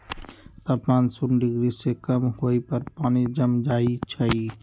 तापमान शुन्य डिग्री से कम होय पर पानी जम जाइ छइ